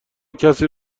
کسی